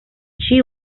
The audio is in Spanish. chi